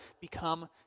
become